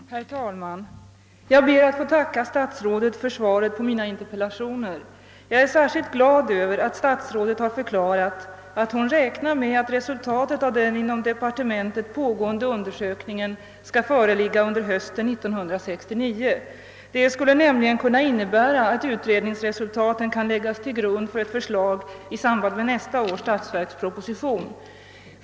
Herr talman! Jag ber att få tacka statsrådet för svaret på mina interpellationer. Jag är särskilt glad över att statsrådet har förklarat, att hon räknar med att resultatet av den inom departementet pågående undersökningen skall föreligga under hösten 1969. Det skulle nämligen kunna innebära att ut redningsresultaten kan läggas till grund för förslag i nästa års statsverksproposition.